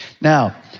Now